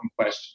question